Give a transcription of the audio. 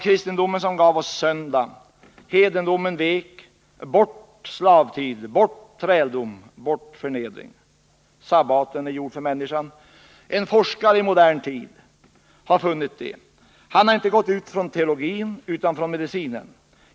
Kristendomen gav oss söndagen. Hedendomen vek — bort slavtid, bort träldom, bort förnedring. Sabbaten är gjord för människan. En forskare i modern tid har funnit det. Han har inte gått ut från teologin utan från medicinen.